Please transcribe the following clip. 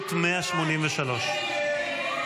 הסתייגות 183 לא נתקבלה.